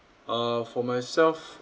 uh for myself